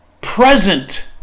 present